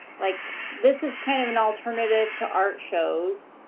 like this is kind of an alternative to art shows.